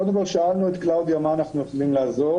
קודם כל שאלנו את קלאודיה מה אנחנו יכולים לעזור